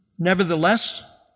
Nevertheless